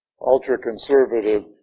ultra-conservative